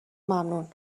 ممنون